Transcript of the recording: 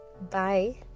Bye